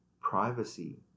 privacy